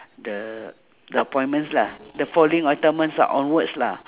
the the appointments lah the following appointments ah onwards lah